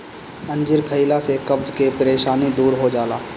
अंजीर खइला से कब्ज के परेशानी दूर हो जाला